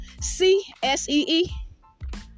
C-S-E-E